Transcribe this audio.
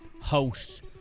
host